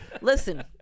Listen